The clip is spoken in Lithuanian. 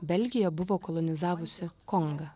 belgija buvo kolonizavusi kongą